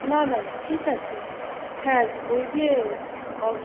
না না ঠিক আছে হ্যাঁ ওই যে